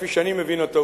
כפי שאני מבין אותו,